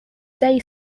day